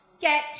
Get